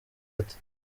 bate